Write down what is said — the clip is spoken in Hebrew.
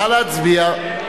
נא להצביע.